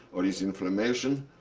or is inflammation,